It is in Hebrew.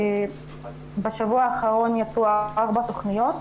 בשבוע האחרון יצאו ארבע תכניות,